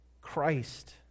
Christ